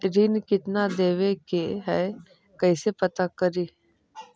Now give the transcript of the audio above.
ऋण कितना देवे के है कैसे पता करी?